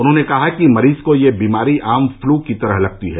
उन्होंने कहा कि मरीज को यह बीमारी आम फ्लू की तरह लगती है